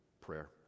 prayer